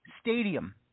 stadium